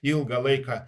ilgą laiką